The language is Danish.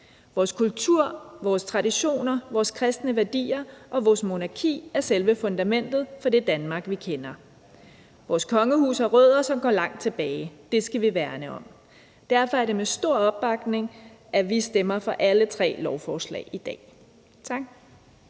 Vores kultur, vores traditioner, vores kristne værdier og vores monarki er selve fundamentet for det Danmark, vi kender. Vores kongehus har rødder, som går langt tilbage, og det skal vi værne om. Derfor er det med stor opbakning, at vi stemmer for alle de tre lovforslag, vi